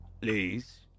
Please